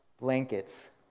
blankets